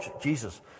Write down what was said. Jesus